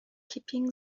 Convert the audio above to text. keeping